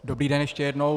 Dobrý den ještě jednou.